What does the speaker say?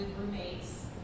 roommates